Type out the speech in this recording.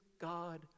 God